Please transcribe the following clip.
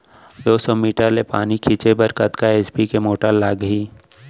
दो सौ मीटर ले पानी छिंचे बर कतका एच.पी के मोटर लागही?